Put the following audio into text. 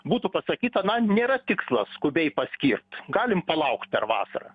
būtų pasakyta na nėra tikslo skubiai paskirt galim palaukt dar vasarą